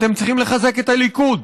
אתם צריכים לחזק את הליכוד.